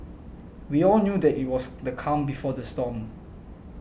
we all knew that it was the calm before the storm